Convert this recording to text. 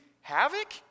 havoc